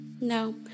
No